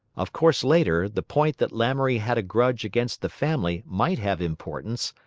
of course later, the point that lamoury had a grudge against the family might have importance,